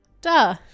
Duh